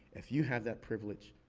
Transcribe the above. if you have that privilege,